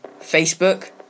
facebook